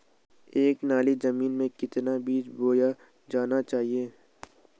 एक नाली जमीन में कितना बीज बोया जाना चाहिए?